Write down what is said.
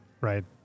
Right